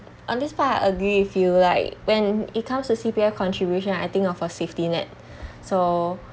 on this part I agree with you like when it comes to C_P_F contribution I think of a safety net so